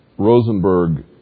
Rosenberg